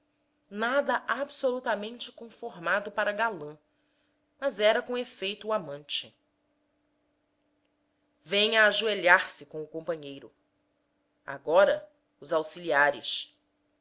nada absolutamente conformado para galã mas era com efeito o amante venha ajoelhar-se com o companheiro agora os auxiliares